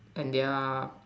and they are